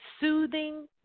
soothing